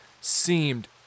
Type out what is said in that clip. seemed